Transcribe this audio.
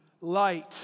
light